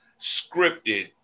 scripted